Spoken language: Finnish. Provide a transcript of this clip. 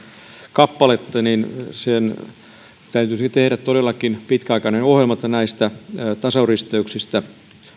kappaletta niin täytyisi tehdä todellakin pitkäaikainen ohjelma että joko näistä tasoristeyksistä